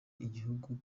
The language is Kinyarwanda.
igihugu